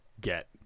get